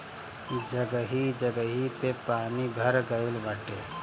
जगही जगही पे पानी भर गइल बाटे